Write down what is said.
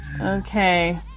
Okay